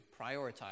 prioritize